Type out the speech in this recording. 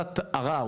מוועדת ערער,